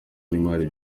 n’imari